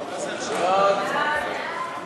חנא סוייד ועפו